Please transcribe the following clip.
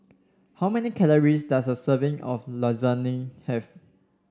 how many calories does a serving of Lasagne have